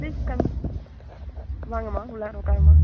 please come வாங்கம்மா உள்ளார உட்காருமா